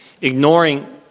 ignoring